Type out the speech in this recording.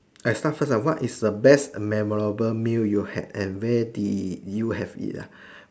I start first lah what is the best memorable meal you had and where did you have it ah